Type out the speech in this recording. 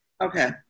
Okay